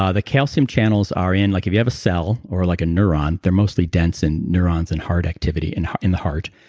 ah the calcium channels are in, like if you have a cell, or like a neuron, there's mostly dense in neurons and heart activity, in in the heart.